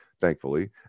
thankfully